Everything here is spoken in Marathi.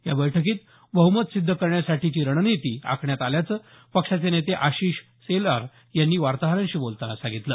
या बैठकीत बहुमत सिद्ध करण्यासाठीची रणनिती आखण्यात आल्याचं पक्षाचे नेते आशिष शेलार यांनी वार्ताहरांशी बोलताना सांगितलं